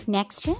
Next